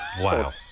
wow